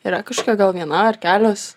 yra kažkokia gal viena ar kelios